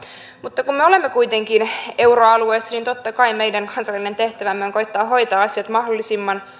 mutta kun me olemme kuitenkin euroalueessa niin totta kai meidän kansallinen tehtävämme on koettaa hoitaa asiat mahdollisimman